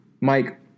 Mike